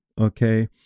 okay